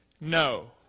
No